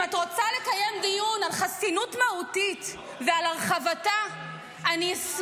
אם את רוצה לקיים דיון על חסינות מהותית ועל הרחבתה אשמח